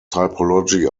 typology